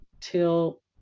till